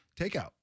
takeout